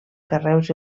carreus